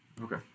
Okay